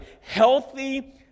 healthy